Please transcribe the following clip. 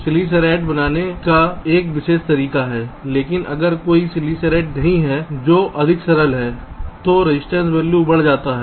सिल्लीसेरेड बनाने का एक विशेष तरीका है लेकिन अगर कोई सिल्लीसेरेड नहीं है जो अधिक सरल है तो रजिस्टेंस वैल्यू बढ़ जाता है